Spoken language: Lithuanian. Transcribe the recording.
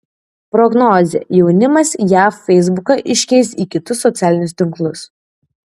prognozė jaunimas jav feisbuką iškeis į kitus socialinius tinklus